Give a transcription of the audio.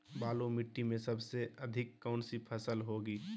बालू मिट्टी में सबसे अधिक कौन सी फसल होगी?